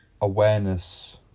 awareness